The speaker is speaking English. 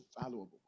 valuable